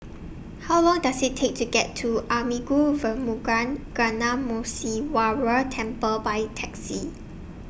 How Long Does IT Take to get to Arulmigu Velmurugan Gnanamuneeswarar Temple By Taxi